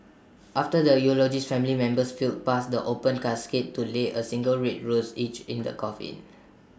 after the eulogies family members filed past the open casket to lay A single red rose each in the coffin